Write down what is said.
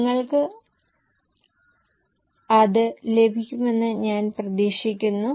നിങ്ങൾക്ക് അത് ലഭിക്കുമെന്ന് ഞാൻ പ്രതീക്ഷിക്കുന്നു